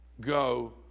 go